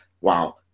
wow